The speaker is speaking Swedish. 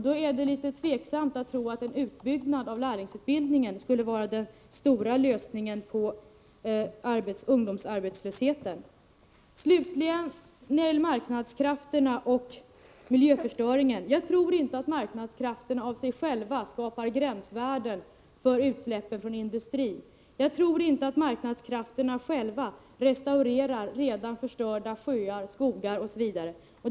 Då är det tveksamt om en utbyggnad av lärlingsutbildningen skulle vara den stora lösningen på ungdomsarbetslösheten. Slutligen några ord när det gäller marknadskrafterna och miljöförstöringen. Jag tror inte att marknadskrafterna av sig själva skapar gränsvärden för utsläppen från industrin. Jag tror inte att marknadskrafterna själva restaurerar redan förstörda sjöar, skogar osv.